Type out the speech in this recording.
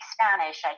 Spanish